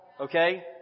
Okay